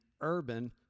urban